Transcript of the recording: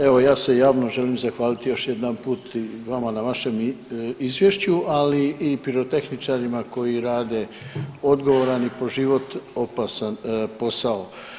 Evo ja se javno želim zahvaliti još jedanput i vama na vašem izvješću, ali i pirotehničarima koji rade odgovoran i po život opasan posao.